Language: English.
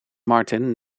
martin